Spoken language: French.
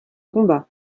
combat